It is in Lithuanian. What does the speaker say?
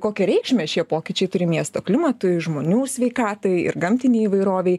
kokią reikšmę šie pokyčiai turi miesto klimatui žmonių sveikatai ir gamtinei įvairovei